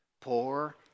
poor